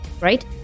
right